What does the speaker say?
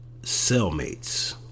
Cellmates